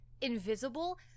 invisible